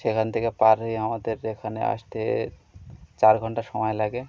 সেখান থেকে পার হয়ে আমাদের এখানে আসতে চার ঘণ্টা সময় লাগে